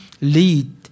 lead